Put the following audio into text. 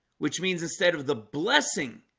which means instead of the blessing